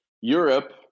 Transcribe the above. Europe